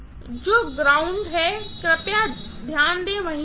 तो ग्राउंड बिंदु कृपया ध्यान दें वही है